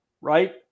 right